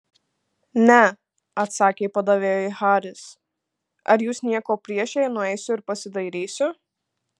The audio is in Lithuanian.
ne atsakė padavėjui haris ar jūs nieko prieš jei nueisiu ir pasidairysiu